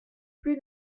plus